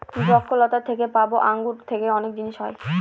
দ্রক্ষলতা থেকে পাবো আঙ্গুর থেকে অনেক জিনিস হয়